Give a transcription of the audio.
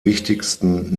wichtigsten